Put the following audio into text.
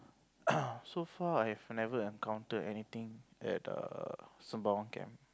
so far I have never encountered anything at err Sembawang camp